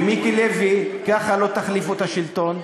ומיקי לוי, ככה לא תחליפו את השלטון.